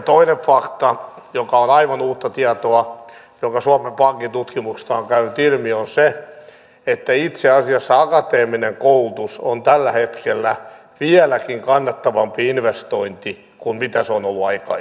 toinen fakta joka on aivan uutta tietoa ja joka suomen pankin tutkimuksesta on käynyt ilmi on se että itse asiassa akateeminen koulutus on tällä hetkellä vieläkin kannattavampi investointi kuin mitä se on ollut aikaisemmin